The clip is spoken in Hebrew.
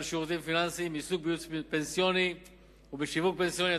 שירותים פיננסיים (עיסוק בייעוץ פנסיוני ובשיווק פנסיוני),